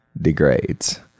degrades